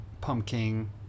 Pumpkin